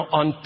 on